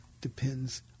depends